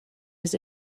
his